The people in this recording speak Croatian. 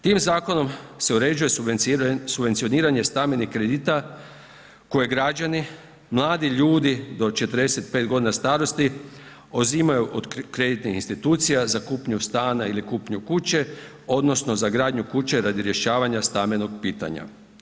Tim zakonom se uređuje subvencioniranje stambenih kredita koje građani, mladi ljudi do 45 godina starosti uzimaju od kreditnih institucija za kupnju stana ili kupnju kuće odnosno za gradnju kuće radi rješavanja stambenog pitanja.